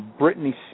Britney